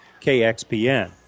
kxpn